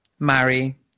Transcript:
marry